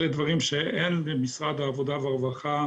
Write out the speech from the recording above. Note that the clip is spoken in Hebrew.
אלה דברים שאין למשרד העבודה והרווחה